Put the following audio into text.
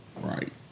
Right